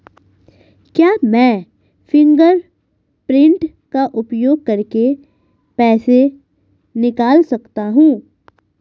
क्या मैं फ़िंगरप्रिंट का उपयोग करके पैसे निकाल सकता हूँ?